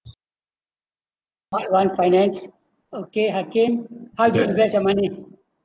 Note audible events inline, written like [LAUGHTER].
part one finance okay hakim [NOISE] how do you invest your money